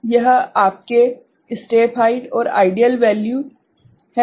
तो यह आपके स्टेप हाइट और आइडियल वैल्यू है